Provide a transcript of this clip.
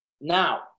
Now